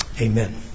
Amen